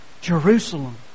Jerusalem